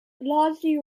largely